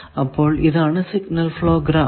അപ്പോൾ ഇതാണ് signal flow graph